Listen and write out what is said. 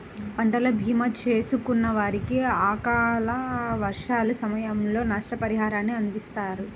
పంటల భీమా చేసుకున్న వారికి అకాల వర్షాల సమయంలో నష్టపరిహారాన్ని అందిస్తారు